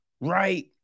right